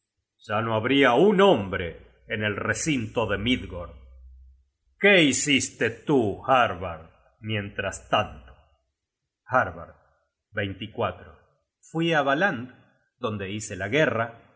ya no habria un hombre en el recinto de midgord qué hiciste tú harbard mientras tanto harbard fui a valand donde hice la guerra